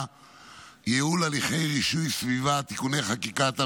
(ייעול הליכי רישוי סביבתי) (תיקוני חקיקה),